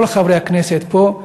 כל חברי הכנסת פה,